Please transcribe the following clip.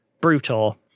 brutal